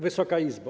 Wysoka Izbo!